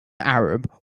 arab